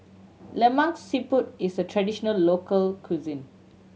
Lemak Siput is a traditional local cuisine